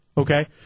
Okay